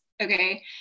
Okay